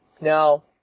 Now